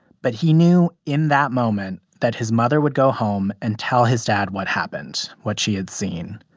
but he knew in that moment that his mother would go home and tell his dad what happened, what she had seen.